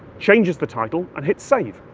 changes the title, and hits save.